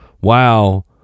Wow